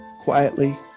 quietly